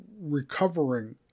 recovering